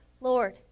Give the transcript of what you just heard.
Lord